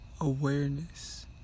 awareness